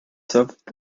soft